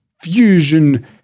Fusion